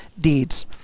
deeds